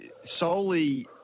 solely